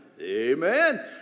amen